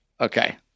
Okay